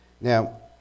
Now